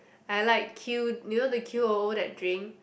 I like Q you know the Q O O that drink